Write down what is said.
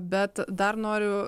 bet dar noriu